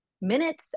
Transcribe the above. minutes